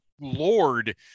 lord